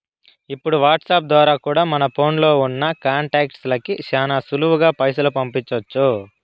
ఇప్పుడు వాట్సాప్ ద్వారా కూడా మన ఫోన్లో ఉన్నా కాంటాక్ట్స్ లకి శానా సులువుగా పైసలు పంపించొచ్చు